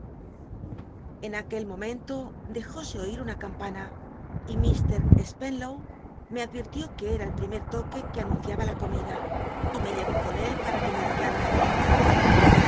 en aquel momento tlcjó e oi una campana y mr spenlow me advirtió que era el primer toque t uc anunciaba la comida y me lic'ó con él para que me m cglaa un poco